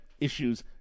issues